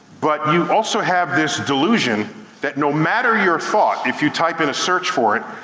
but you also have this delusion that no matter your thought, if you type in a search for it,